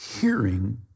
hearing